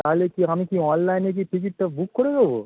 তালে কি আমি কি অনলাইনে কি টিকিটটা বুক করে দেবো